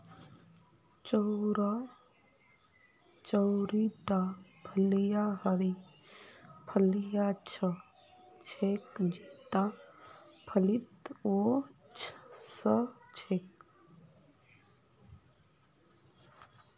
चौड़ीटा फलियाँ हरी फलियां ह छेक जेता फलीत वो स छेक